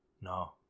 No